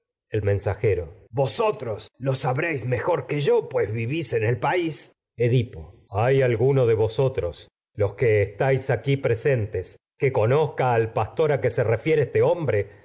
el mensajero vosotros lo sabréis mejor que yo pues vivís en el país edipo hay alguno de vosotros los que estáis aquí presentes que conozca hombre ciudad ya por al pastor visto en a que se refiere este